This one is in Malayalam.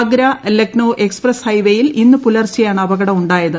ആഗ്ര ലക്നോ എക്സ്പ്രസ് ഹൈവേയിൽ ഇന്ന് പുലർച്ചെയാണ് അപകടം ഉണ്ടായത്